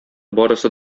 барысы